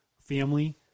family